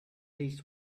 least